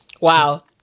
wow